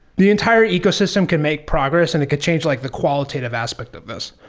the entire ecosystem can make progress and it could change like the qualitative aspect of this.